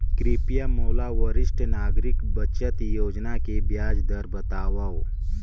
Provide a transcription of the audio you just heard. कृपया मोला वरिष्ठ नागरिक बचत योजना के ब्याज दर बतावव